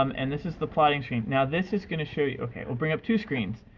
um and this is the plotting screen. now this is going to show you okay, we'll bring up two screens.